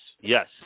Yes